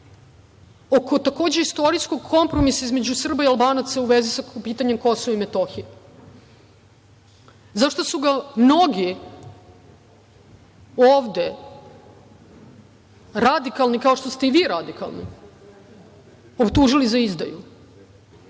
oko, takođe, istorijskog kompromisa između Srba i Albanaca u vezi sa pitanjem Kosova i Metohije, zašto su ga mnogi ovde, radikalni kao što ste i vi radikalni, optužili za izdaju.